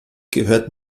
gehört